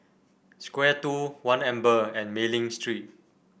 Square Two One Amber and Mei Ling Street